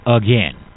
again